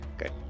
Okay